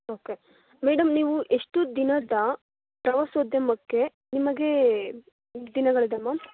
okay madam ನೀವು ಎಷ್ಟು ದಿನದ ಪ್ರವಾಸೋದ್ಯಮಕ್ಕೆ ನಿಮಗೆ ದಿನಗಳಿದೆ ಮಾಮ್